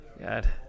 God